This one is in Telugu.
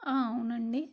అవునండి